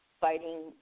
fighting